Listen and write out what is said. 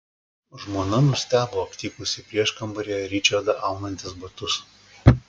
žmona nustebo aptikusi prieškambaryje ričardą aunantis batus